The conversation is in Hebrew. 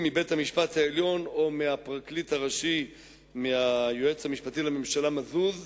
מבית-המשפט העליון או מהיועץ המשפטי לממשלה מזוז הם,